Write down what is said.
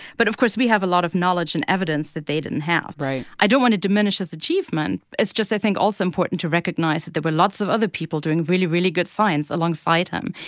but, of course, we have a lot of knowledge and evidence that they didn't have right i don't want to diminish his achievement. it's just, i think, also important to recognize that there were lots of other people doing really, really good science alongside him,